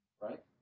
Right